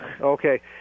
Okay